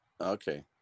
Okay